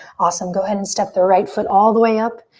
awesome, go ahead and step the right foot all the way up.